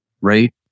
right